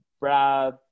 Brad